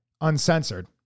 uncensored